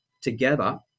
together